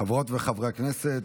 חברות וחברי הכנסת,